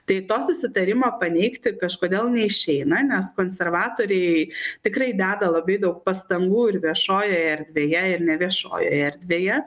tai to susitarimo paneigti kažkodėl neišeina nes konservatoriai tikrai deda labai daug pastangų ir viešojoje erdvėje ir neviešoje erdvėje